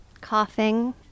coughing